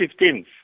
15th